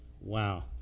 Wow